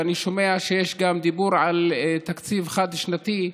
ואני שומע שיש גם דיבור על תקציב חד-שנתי,